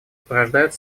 порождают